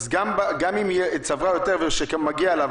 אז גם אם היא צברה יותר ומגיע לה,